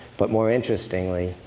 but more interestingly,